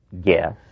guess